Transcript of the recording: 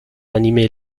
animé